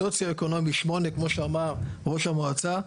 הוא סוציו-אקונומי 8, כמו שאמר ראש המועצה.